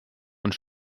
und